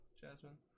Jasmine